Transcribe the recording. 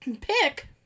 pick